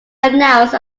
announced